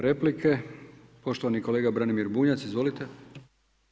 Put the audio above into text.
Replike poštovani kolega Branimir Bunjac, izvolite.